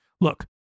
Look